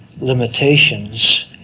limitations